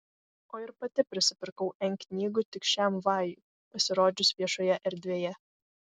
o ir pati prisipirkau n knygų tik šiam vajui pasirodžius viešoje erdvėje